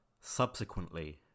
Subsequently